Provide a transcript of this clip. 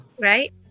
right